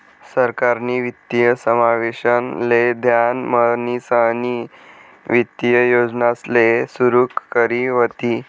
सरकारनी वित्तीय समावेशन ले ध्यान म्हणीसनी वित्तीय योजनासले सुरू करी व्हती